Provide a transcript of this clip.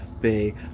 Bay